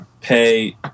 pay